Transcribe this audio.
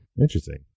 Interesting